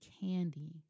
candy